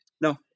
No